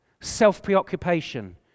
self-preoccupation